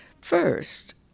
First